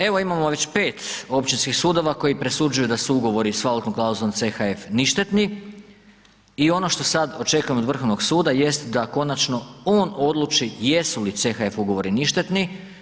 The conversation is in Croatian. Evo imamo već 5 općinskih sudova koji presuđuju da su ugovori s valutnom klauzulom CHF ništetni i ono što sad očekujem od Vrhovnog suda jest da konačno on odluči jesu li CHF ugovori ništetni.